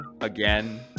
again